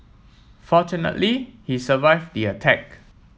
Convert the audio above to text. fortunately he survived the attack